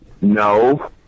no